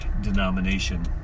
denomination